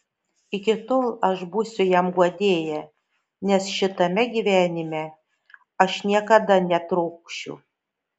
iki tol aš būsiu jam guodėja nes šitame gyvenime aš niekada netrokšiu